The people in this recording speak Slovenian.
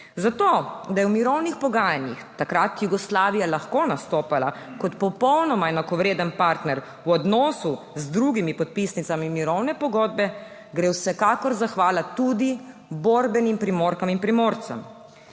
Za to, da je v mirovnih pogajanjih takrat Jugoslavija lahko nastopala kot popolnoma enakovreden partner v odnosu z drugimi podpisnicami mirovne pogodbe, gre vsekakor zahvala tudi borbenim Primorkam in Primorcem.